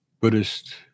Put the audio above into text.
Buddhist